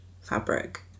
fabric